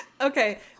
Okay